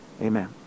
Amen